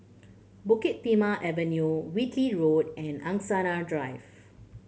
Bukit Timah Avenue Whitley Road and Angsana Drive